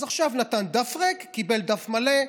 אז עכשיו נתן דף ריק, קיבל דף מלא,